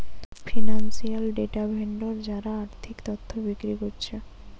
financial data vendor যারা আর্থিক তথ্য বিক্রি কোরছে